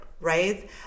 right